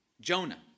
Jonah